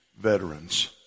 veterans